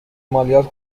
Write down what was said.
مالیات